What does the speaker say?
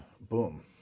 Boom